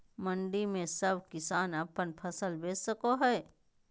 मंडी में सब किसान अपन फसल बेच सको है?